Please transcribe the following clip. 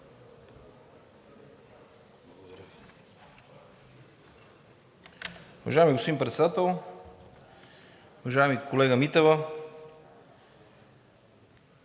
Благодаря